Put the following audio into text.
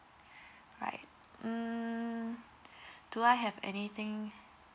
right mm do I have anything